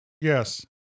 Yes